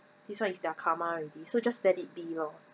this one is their karma already so just let it be lor